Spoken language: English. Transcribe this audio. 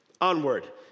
onward